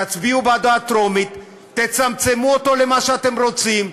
תצביעו בעדו בטרומית, תצמצמו אותו למה שאתם רוצים,